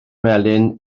melyn